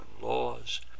laws